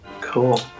Cool